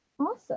Awesome